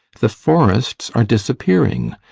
the forests are disappearing,